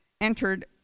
entered